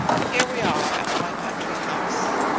here we are at my country-house.